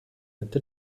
der